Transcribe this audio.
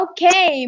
Okay